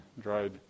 dried